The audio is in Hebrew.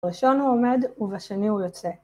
ראשון הוא עומד ובשני הוא יוצא.